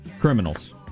criminals